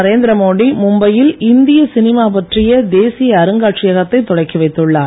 நரேந்திரமோடி மும்பையில் இந்திய சினிமா பற்றிய தேசிய அருங்காட்சியத்தை தொடக்கி வைத்துள்ளார்